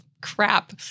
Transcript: crap